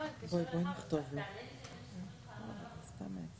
אתה גם מושך